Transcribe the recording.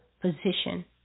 position